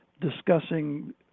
discussing